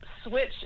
switch